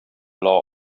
law